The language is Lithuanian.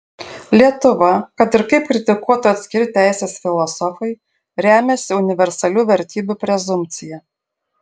lietuva kad ir kaip kritikuotų atskiri teisės filosofai remiasi universalių vertybių prezumpcija